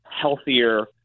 healthier